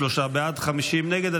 33 בעד, 50 נגד.